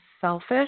selfish